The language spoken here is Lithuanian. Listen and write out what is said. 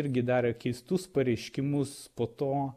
irgi darė keistus pareiškimus po to